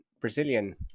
Brazilian